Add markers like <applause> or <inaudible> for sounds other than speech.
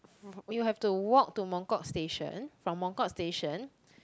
<noise> we'll have to walk to Mongkok station from Mongkok station